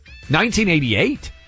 1988